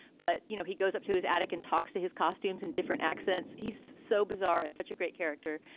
but, you know, he goes up to his attic and talks to his costumes and different accents. he's so bizarre and such a great character.